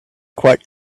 quite